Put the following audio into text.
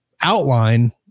outline